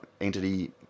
entity